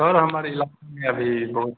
sir हमरा इलाकामे अभी बहुत